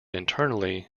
internally